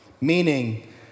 Meaning